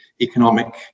economic